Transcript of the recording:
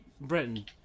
Britain